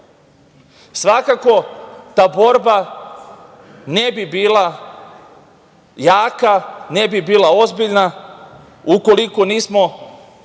svih. Svakako, ta borba ne bi bila jaka, ne bi bila ozbiljna, ukoliko nismo